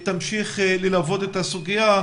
הוועדה תמשיך ללוות את הסוגיה.